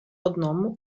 одному